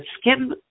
skin